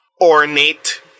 ornate